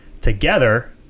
together